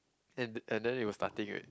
and and then it was starting eh